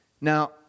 Now